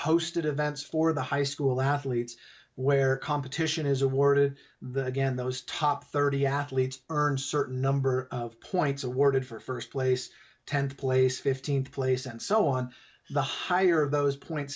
hosted events for the high school athletes where competition is awarded the again those top thirty athletes earn certain number of points awarded for first place tenth place fifteenth place and so on the higher those points